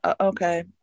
Okay